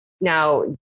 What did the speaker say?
now